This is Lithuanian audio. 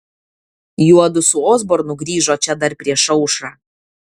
juodu su osbornu grįžo čia dar prieš aušrą